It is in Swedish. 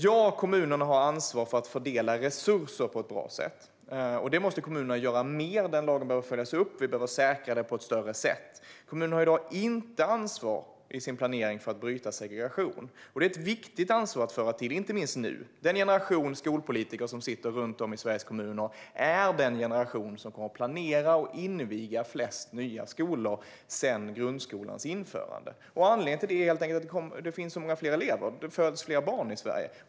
Ja - kommunerna har ansvar för att fördela resurser på ett bra sätt. Detta måste kommunerna göra mer. Denna lag behöver följas upp, och vi behöver säkerställa det på ett bättre sätt. Kommunerna har i dag inte ansvar för att i sin planering bryta segregation. Detta är ett viktigt ansvar att föra till, inte minst nu. Den generation skolpolitiker som sitter runt om i Sveriges kommuner är den generation som kommer att planera och inviga flest nya skolor sedan grundskolans införande. Anledningen till detta är helt enkelt att det finns många fler elever - det föds fler barn i Sverige.